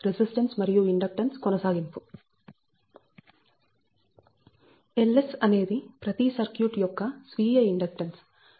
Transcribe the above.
Ls అనేది ప్రతి circuit యొక్క స్వీయ ఇండక్టెన్స్ అందువలన Ls 0